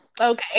okay